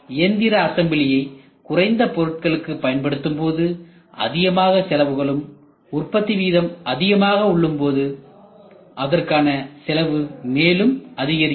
எந்திர அசம்பிளியை குறைந்த பொருட்களுக்கு பயன்படுத்தும்போது அதிகமான செலவுகளும் உற்பத்தி வீதம் அதிகமாக உள்ளபோது அதற்கான செலவு மேலும் அதிகரிக்கிறது